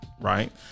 right